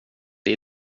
det